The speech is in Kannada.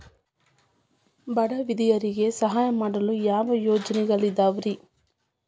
ಬಡ ವಿಧವೆಯರಿಗೆ ಸಹಾಯ ಮಾಡಲು ಯಾವ ಯೋಜನೆಗಳಿದಾವ್ರಿ?